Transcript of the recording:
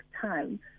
time